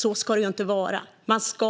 Så ska det inte vara; förutsättningarna ska